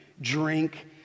drink